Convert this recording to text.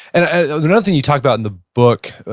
ah you know thing you talk about in the book,